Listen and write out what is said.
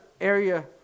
area